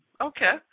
Okay